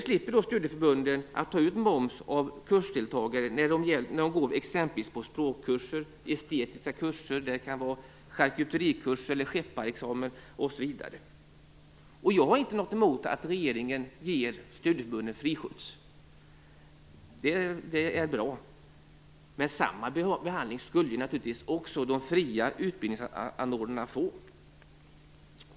Studieförbunden slipper ta ut moms av kursdeltagare som går exempelvis språkkurser och estetiska kurser; det kan gälla charkuterikurs eller skepparexamen osv. Jag har inget emot att regeringen ger studieförbunden fri skjuts. Det är bra. Men samma behandling borde naturligtvis också de fria utbildningsanordnarna få.